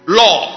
law